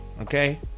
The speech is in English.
okay